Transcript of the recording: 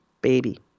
baby